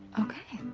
okay.